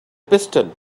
pistol